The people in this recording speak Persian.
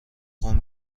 خون